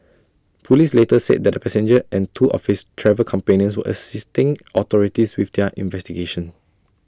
Police later said that the passenger and two of his travel companions were assisting authorities with their investigations